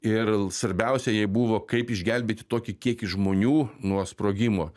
ir svarbiausia jai buvo kaip išgelbėti tokį kiekį žmonių nuo sprogimo